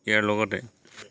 ইয়াৰ লগতে